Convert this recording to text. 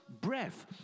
breath